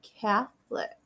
Catholic